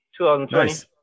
2020